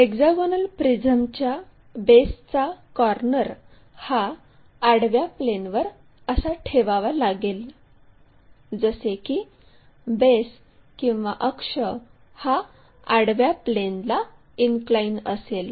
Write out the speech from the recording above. hexagonal प्रिझमच्या बेसचा corner हा आडव्या प्लेनवर असा ठेवावा लागेल जसे की बेस किंवा अक्ष हा आडव्या प्लेनला इनक्लाइन असेल